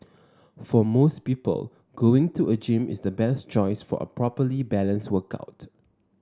for most people going to a gym is the best choice for a properly balanced workout